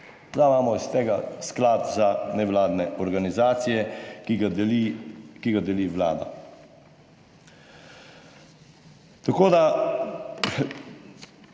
zdaj imamo iz tega sklad za nevladne organizacije, ki ga deli Vlada.